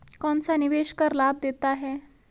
कौनसा निवेश कर लाभ देता है?